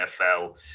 NFL